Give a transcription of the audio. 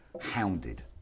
hounded